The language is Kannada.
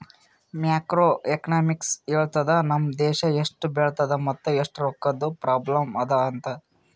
ಮ್ಯಾಕ್ರೋ ಎಕನಾಮಿಕ್ಸ್ ಹೇಳ್ತುದ್ ನಮ್ ದೇಶಾ ಎಸ್ಟ್ ಬೆಳದದ ಮತ್ ಎಸ್ಟ್ ರೊಕ್ಕಾದು ಪ್ರಾಬ್ಲಂ ಅದಾ ಅಂತ್